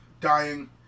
dying